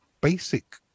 basic